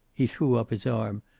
he threw up his arm.